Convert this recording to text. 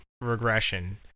regression